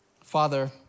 Father